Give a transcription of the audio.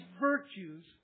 virtues